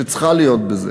שצריכה להיות בזה.